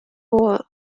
walk